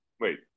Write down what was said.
Wait